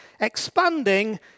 expanding